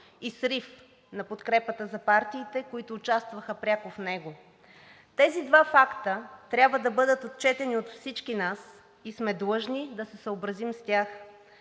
и срив на подкрепата за партиите, които участваха пряко в него. Тези два факта трябва да бъдат отчетени от всички нас и сме длъжни да се съобразим с тях.